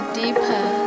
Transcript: deeper